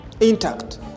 Intact